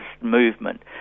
movement